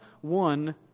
one